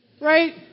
right